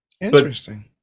Interesting